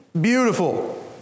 Beautiful